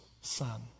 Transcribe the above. son